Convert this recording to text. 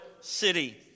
city